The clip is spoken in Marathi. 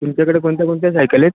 तुमच्याकडे कोणत्या कोणत्या सायकली आहेत